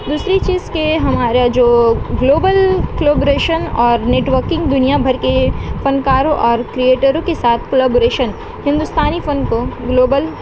دوسری چیز کہ ہمارا جو گلوبل کلوبریشن اور نیٹورکنگ دنیا بھر کے فنکاروں اور کریئیٹروں کے ساتھ کلوبریشن ہندوستانی فن کو گلوبل